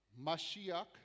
Mashiach